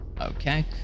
okay